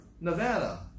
Nevada